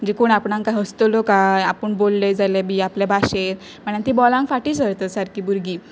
जे कोण आपणाक काय हसतलो काय आपूण बोल्लय जाल्यार बी आपले भशेंत म्हणान ती बोलांक फाटीं सरता सारकीं भुरगीं